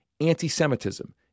anti-Semitism